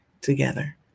together